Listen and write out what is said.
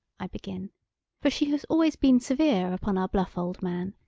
i begin for she has always been severe upon our bluff old man,